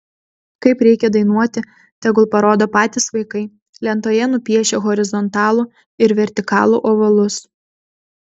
kaip reikia dainuoti tegul parodo patys vaikai lentoje nupiešę horizontalų ir vertikalų ovalus